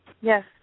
Yes